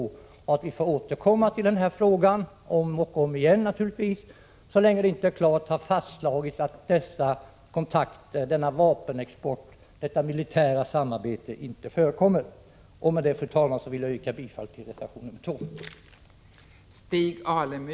Vi får naturligtvis återkomma till denna fråga om och om igen så länge det inte klart har fastslagits att dessa kontakter, denna vapenexport och detta militära samarbete inte förekommer. Med detta, fru talman, yrkar jag bifall till reservation 2.